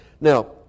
Now